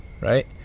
right